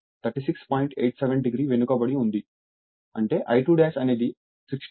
87 degree వెనుకబడి ఉంది అంటేI2అనేది 16 j12 ఆంపియర్ అవుతుంది